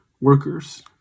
workers